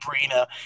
Sabrina